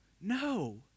No